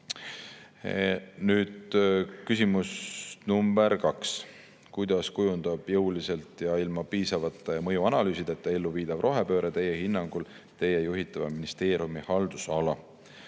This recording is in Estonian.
Nüüd küsimus number kaks: "Kuidas kujundab jõuliselt ja ilma piisavate ja mõjuanalüüsideta ellu viidav rohepööre Teie hinnangul Teie juhitava ministeeriumi haldusala?"